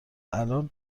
الان